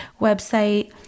website